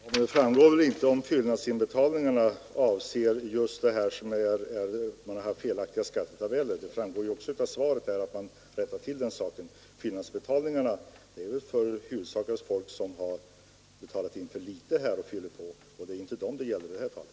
Herr talman! Men det framgår väl inte om fyllnadsinbetalningarna är föranledda av felaktigheter i skattetabellerna. Enligt svaret skall ju också dessa rättas till. Fyllnadsinbetalningarna görs väl huvudsakligast av folk som har betalat in för litet preliminärskatt, och det är inte dem som finansministern syftar på.